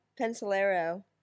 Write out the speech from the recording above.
Pencilero